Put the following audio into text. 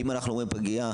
אם אנחנו מדברים על פגייה,